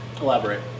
elaborate